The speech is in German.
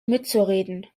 mitzureden